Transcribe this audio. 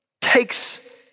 takes